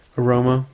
aroma